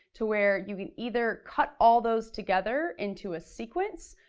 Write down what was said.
to where you could either cut all those together into a sequence,